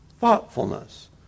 thoughtfulness